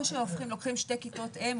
או שלוקחים שתי כיתות אם,